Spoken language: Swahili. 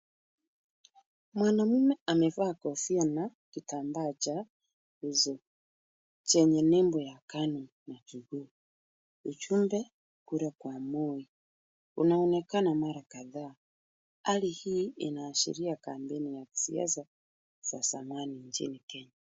Mwanaume amevaa pazia na kitambaa cha uso chenye nembo ya kanu na jogoo. Ujumbe kura kwa Moi unaonekana mara kadhaa. Hali hii inaashiria kampeni za kisiasa za zamani nchini Kenya.